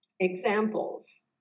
examples